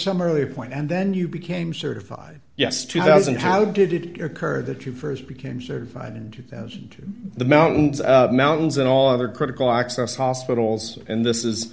some earlier point and then you became certified yes two thousand how did it occur that you st became certified in two thousand the mountains mountains and all other critical access hospitals and this is